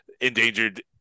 endangered